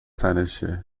تنشه